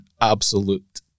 absolute